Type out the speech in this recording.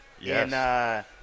yes